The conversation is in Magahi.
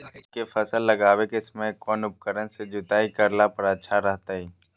मूंग के फसल लगावे के समय कौन उपकरण से जुताई करला पर अच्छा रहतय?